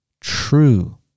true